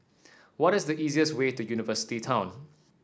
what is the easiest way to University Town